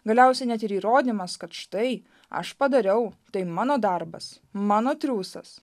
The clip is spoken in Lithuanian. galiausiai net ir įrodymas kad štai aš padariau tai mano darbas mano triūsas